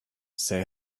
say